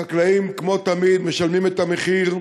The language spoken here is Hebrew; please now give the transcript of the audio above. החקלאים, כמו תמיד, משלמים את המחיר,